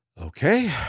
okay